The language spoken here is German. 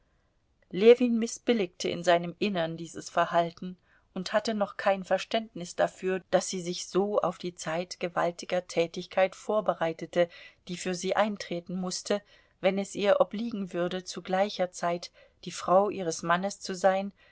ljewin mißbilligte in seinem innern dieses verhalten und hatte noch kein verständnis dafür daß sie sich so auf die zeit gewaltiger tätigkeit vorbereitete die für sie eintreten mußte wenn es ihr obliegen würde zu gleicher zeit die frau ihres mannes zu sein